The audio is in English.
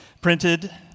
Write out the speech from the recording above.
printed